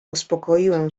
uspokoiłem